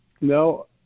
No